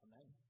Amen